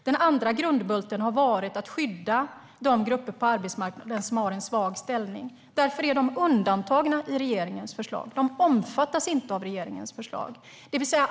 Den andra grundbulten har varit att skydda de grupper på arbetsmarknaden som har en svag ställning. Därför är de undantagna i regeringens förslag. De omfattas inte av regeringens förslag.